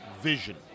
vision